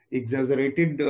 exaggerated